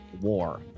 war